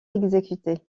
exécuté